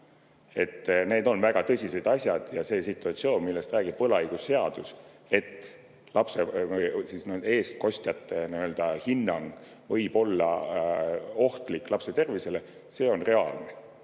Need on väga tõsised asjad. Ja see situatsioon, millest räägib võlaõigusseadus, et lapse eestkostjate hinnang võib olla ohtlik lapse tervisele, on reaalne.